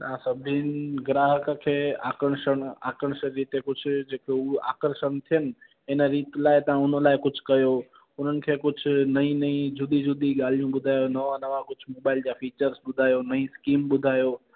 तव्हां सभिनि ग्राहक खे आर्कषण आर्कषित जिते कुझु जेको उहो आर्कषण थियनि इन रीति लाइ त उन लाइ कुझु कयो उन्हनि खे कुझु नई नई जुदा जुदा ॻाल्हियूं ॿुधायो नवां नवां कुझु मोबाइल जा फीर्चस ॿुधायो नई नई स्कीम ॿुधायो